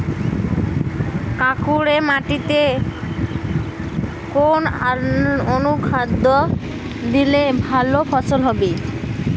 কাঁকুরে মাটিতে কোন অনুখাদ্য দিলে ভালো ফলন হবে?